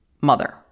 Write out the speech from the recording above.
mother